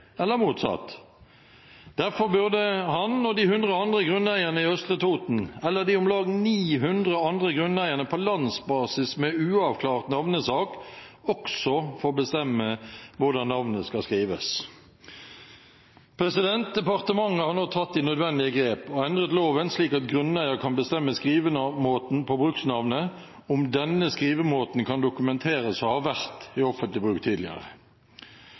eller motsatt. Derfor burde han og de 100 andre grunneierne i Østre Toten, eller de om lag 900 andre grunneierne på landsbasis med uavklart navnesak, også få bestemme hvordan navnet skal skrives. Departementet har nå tatt de nødvendige grep, og endret loven slik at grunneier kan bestemme skrivemåten på bruksnavnet om denne skrivemåten kan dokumenteres å ha vært i offentlig bruk tidligere.